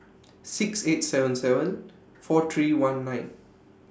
six eight seven seven four three one nine